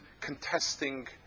contesting